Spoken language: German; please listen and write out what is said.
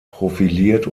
profiliert